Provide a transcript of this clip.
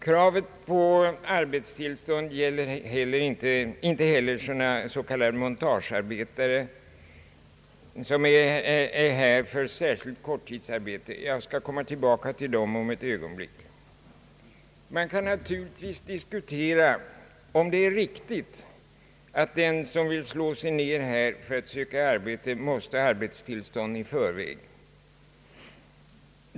Kravet på arbetstillstånd gäller inte heller s.k. montagearbetare, som är här för särskilt korttidsarbete. Jag skall komma tillbaka till dem om ett ögonblick. Man kan naturligtvis diskutera om det är riktigt att den person som vill slå sig ner här för att söka arbete måste ha arbetstillstånd i förväg.